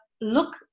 look